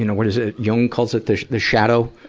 you know what is it, jung calls it the, the shadow,